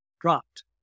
dropped